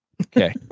Okay